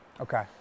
Okay